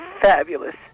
fabulous